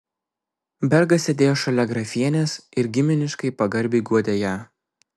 bergas sėdėjo šalia grafienės ir giminiškai pagarbiai guodė ją